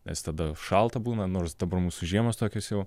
nes tada šalta būna nors dabar mūsų žiemos tokios jau